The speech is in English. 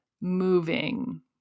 moving